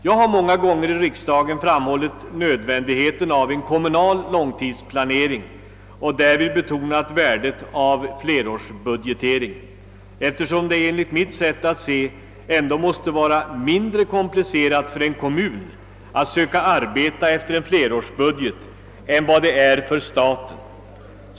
Jag har många gånger här i riksdagen framhållit nödvändigheten av en kommunal långtidsplanering och därvid betonat värdet av flerårsbudgetering. Enligt mitt sätt att se måste det nämligen vara mindre komplicerat för en kommun att arbeta efter en flerårsbudget än vad det är för staten.